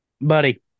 Buddy